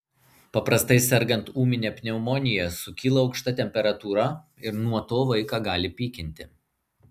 paprastai sergant ūmine pneumonija sukyla aukšta temperatūra ir nuo to vaiką gali pykinti